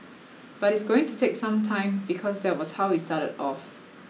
but it's going to take some time because that was how we started off